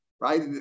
right